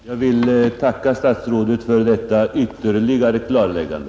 Herr talman! Jag vill tacka statsrådet för detta ytterligare klarläggande.